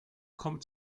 kommt